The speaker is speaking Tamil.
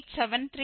மற்றும் x1